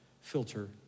filter